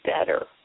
better